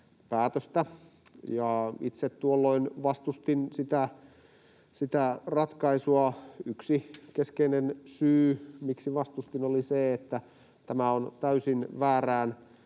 itse tuolloin vastustin sitä ratkaisua. Yksi keskeinen syy, miksi vastustin, oli se, että tämä on täysin väärään